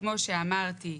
כמו שאמרתי,